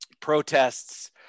protests